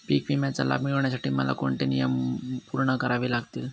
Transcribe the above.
पीक विम्याचा लाभ मिळण्यासाठी मला कोणते नियम पूर्ण करावे लागतील?